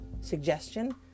suggestion